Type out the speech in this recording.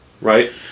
right